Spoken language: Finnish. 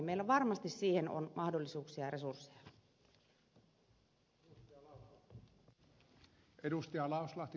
meillä varmasti siihen on mahdollisuuksia ja resursseja